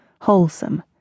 wholesome